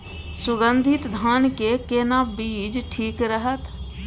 सुगन्धित धान के केना बीज ठीक रहत?